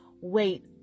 wait